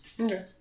Okay